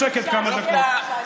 יחד עם שר הביטחון בוגי יעלון,